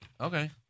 okay